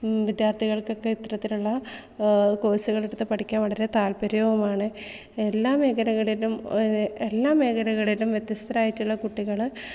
വിദ്യർഥികൾകൊക്കെ ഇത്തരത്തിലുള്ള ഇത്തരത്തിലുള്ള കോഴ്സുകൾ എടുത്തു പഠിക്കാൻ വളരെ താൽപര്യവുമാണ് എല്ലാ മേഖലകളിലും ഒരു എല്ലാ മേഖലകളിലും വ്യത്യസ്തരായിട്ടുള്ള കുട്ടികൾ